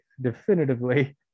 definitively